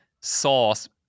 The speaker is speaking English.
sauce